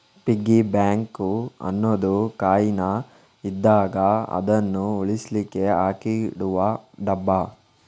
piggy bank ಅನ್ನುದು coin ಇದ್ದಾಗ ಅದನ್ನು ಉಳಿಸ್ಲಿಕ್ಕೆ ಹಾಕಿಡುವ ಡಬ್ಬ